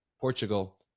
Portugal